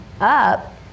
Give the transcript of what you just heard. up